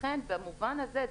לכן במובן הזה,